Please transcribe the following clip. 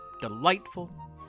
delightful